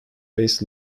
based